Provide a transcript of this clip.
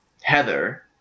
Heather